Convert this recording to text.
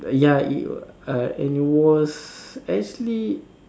ya it uh and it was actually